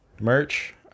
merch